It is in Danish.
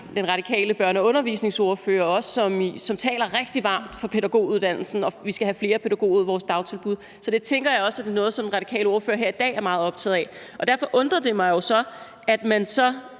den radikale børne- og undervisningsordfører, som taler rigtig varmt for pædagoguddannelsen og siger, at vi skal have flere pædagoger ud i vores dagtilbud, så jeg tænker også, at det er noget, som den radikale ordfører her i dag er meget optaget af. Derfor undrer det mig, at man så